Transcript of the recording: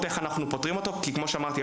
איך אנחנו פותרים אותו כי כמו שאמרתי,